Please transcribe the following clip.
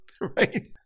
right